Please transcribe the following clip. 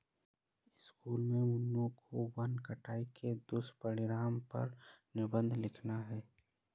school में मन्नू को वन कटाई के दुष्परिणाम पर निबंध लिखना है